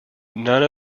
none